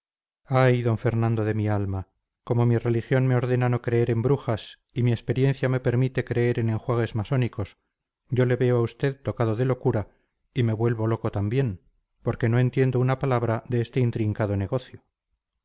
ay d fernando de mi alma como mi religión me ordena no creer en brujas y mi experiencia me permite creer en enjuagues masónicos yo le veo a usted tocado de locura y me vuelvo loco también porque no entiendo una palabra de este intrincado negocio